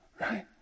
Right